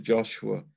Joshua